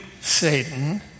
Satan